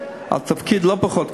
על תפקיד לא פחות קשה.